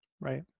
Right